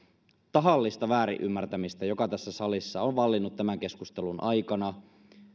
tahallista väärinymmärtämistä joka tässä salissa on vallinnut tämän keskustelun aikana